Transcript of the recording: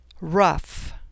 rough